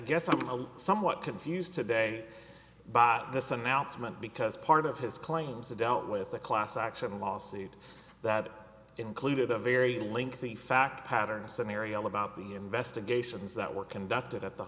guess i'm somewhat confused today bought this announcement because part of his claims are dealt with a class action lawsuit that included a very lengthy fact pattern scenario about the investigations that were conducted at the